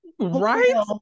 Right